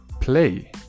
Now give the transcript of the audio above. play